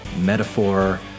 metaphor